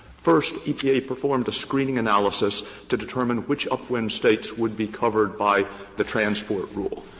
first, epa performed a screening analysis to determine which upwind states would be covered by the transport rule.